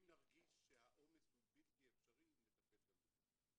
אם נרגיש שהעומס הוא בלתי אפשרי, נטפל גם בזה.